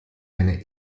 eine